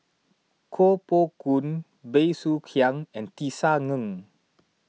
Koh Poh Koon Bey Soo Khiang and Tisa Ng